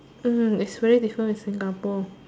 mm is really different with Singapore